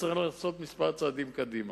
צריך ללכת כמה צעדים קדימה.